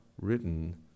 written